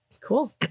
Cool